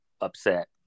upset